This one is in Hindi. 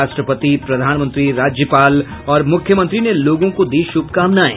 राष्ट्रपति प्रधानमंत्री राज्यपाल और मुख्यमंत्री ने लोगों को दीं शुभकामनाएं